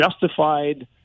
justified